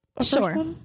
Sure